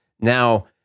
Now